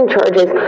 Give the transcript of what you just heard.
charges